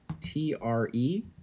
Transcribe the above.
t-r-e